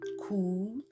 cool